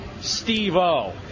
Steve-O